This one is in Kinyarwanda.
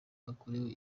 bakorewe